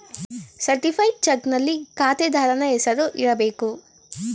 certified ಚಕ್ನಲ್ಲಿ ಖಾತೆದಾರನ ಹೆಸರು ಇರಬೇಕು